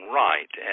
right